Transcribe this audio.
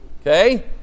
Okay